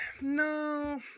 No